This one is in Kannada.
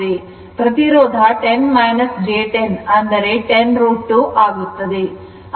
ಪ್ರತಿರೋಧ 10 j 10 ಅಂದರೆ 10 √ 2 ಆಗುತ್ತದೆ